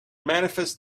manifest